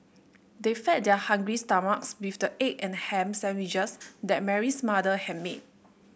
they fed their hungry stomachs with the egg and ham sandwiches that Mary's mother had made